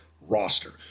roster